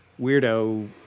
weirdo